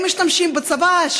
הם משתמשים בצבא,